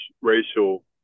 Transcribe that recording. racial